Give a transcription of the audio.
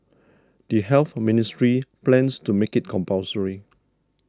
the Health Ministry plans to make it compulsory